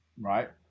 right